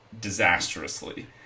disastrously